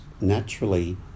naturally